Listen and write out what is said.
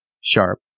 sharp